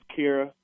Kira